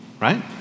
right